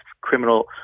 criminal